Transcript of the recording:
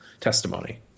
testimony